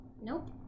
nope